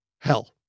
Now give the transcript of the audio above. Hell